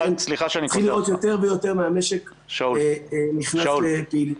ואנחנו נתחיל לראות יותר ויותר מהמשק נכנס לפעילות.